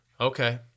Okay